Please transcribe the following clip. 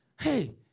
hey